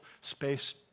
Space